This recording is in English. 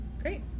Great